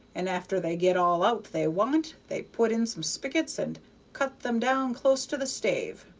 and after they get all out they want they put in some spigots and cut them down close to the stave,